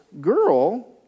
girl